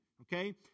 okay